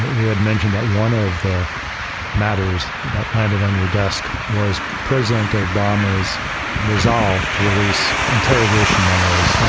we had mentioned that one of the matters that landed on your desk was president obama's resolve to release interrogation memos,